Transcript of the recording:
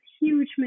huge